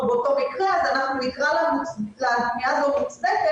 בפניך לאנשים הנפלאים שנמצאים פיזית כאן